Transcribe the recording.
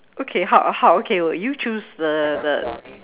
okay how how okay well you choose the the